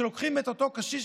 שלוקחים את אותו קשיש,